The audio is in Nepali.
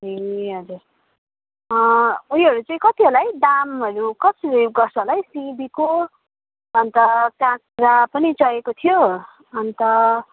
ए हजुर उयोहरू चाहिँ कति होला है दामहरू कति गर्छ होला है सिमीको अन्त काँक्रा पनि चाहिएको थियो अन्त